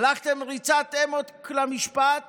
הלכתם בריצת אמוק למשפט